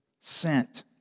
sent